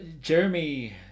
jeremy